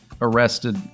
arrested